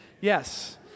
yes